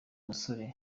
musore